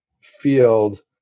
field